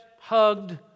hugged